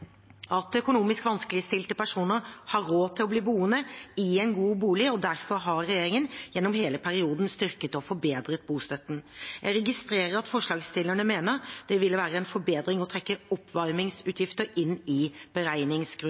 at økonomisk vanskeligstilte personer har råd til å bli boende i en god bolig, og derfor har regjeringen gjennom hele perioden styrket og forbedret bostøtten. Jeg registrerer at forslagsstillerne mener det ville være en forbedring å trekke oppvarmingsutgifter inn i